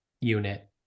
unit